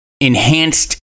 enhanced